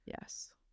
Yes